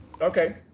okay